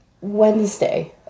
Wednesday